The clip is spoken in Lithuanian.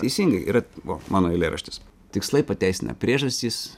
teisingai yra vo mano eilėraštis tikslai pateisina priežastis